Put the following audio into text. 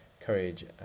Courage